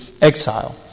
exile